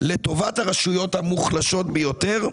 לטובת הרשויות המוחלשות ביותר,